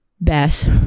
best